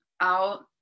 out